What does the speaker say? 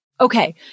Okay